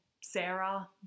sarah